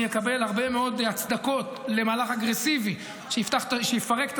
אני אקבל הרבה מאוד הצדקות למהלך אגרסיבי שיפרק את